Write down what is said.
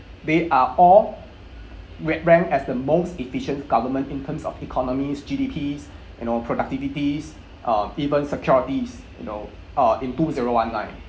they are all ra~ rank as the most efficient government in terms of economies G_D_Ps you know productivities uh even securities you know uh in two zero one nine